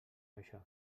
això